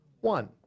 one